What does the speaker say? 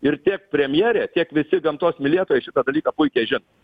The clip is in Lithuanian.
ir tiek premjerė tiek visi gamtos mylėtojai šitą dalyką puikiai žino